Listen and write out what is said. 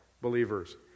believers